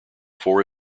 four